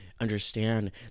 understand